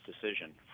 decision